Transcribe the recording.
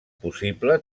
possible